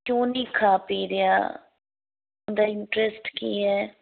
ਕਿਉਂ ਨਹੀਂ ਖਾ ਪੀ ਰਿਹਾ ਉਹਦਾ ਇੰਟਰਸਟ ਕੀ ਹੈ